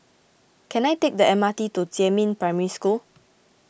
can I take the M R T to Jiemin Primary School